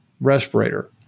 respirator